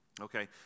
Okay